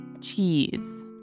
Cheese